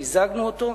מיזגנו אותם,